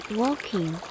walking